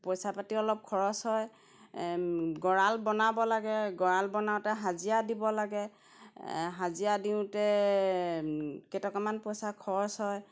পইচা পাতি অলপ খৰচ হয় গঁৰাল বনাব লাগে গঁৰাল বনাওঁতে হাজিৰা দিব লাগে হাজিৰা দিওঁতে কেইটকামান পইচা খৰচ হয়